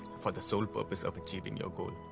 for the soul purpose of achieving your goal.